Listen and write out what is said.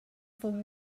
for